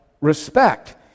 respect